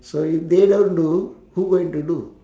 so if they don't do who going to do